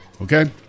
Okay